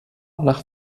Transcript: nach